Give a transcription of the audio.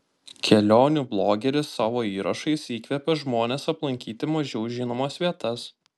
kelionių blogeris savo įrašais įkvepia žmones aplankyti mažiau žinomas vietas